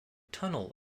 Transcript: tunnel